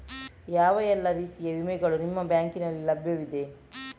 ಯಾವ ಎಲ್ಲ ರೀತಿಯ ವಿಮೆಗಳು ನಿಮ್ಮ ಬ್ಯಾಂಕಿನಲ್ಲಿ ಲಭ್ಯವಿದೆ?